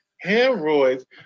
Hemorrhoids